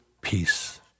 peace